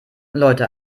leute